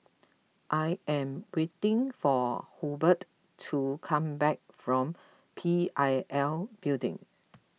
I am waiting for Hobert to come back from P I L Building